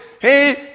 Hey